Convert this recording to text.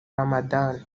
ramadhan